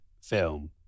film